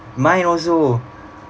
mine also